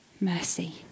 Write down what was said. mercy